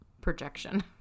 projection